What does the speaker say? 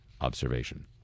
observation